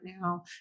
now